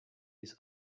his